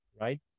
right